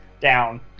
down